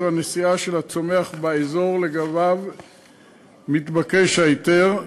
הנשיאה של הצומח באזור שלגביו מתבקש ההיתר,